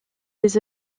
des